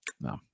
No